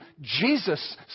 Jesus